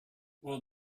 will